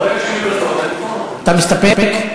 ברגע שיהיו, אתה מסתפק?